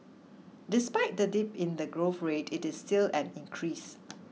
despite the dip in the growth rate it is still an increase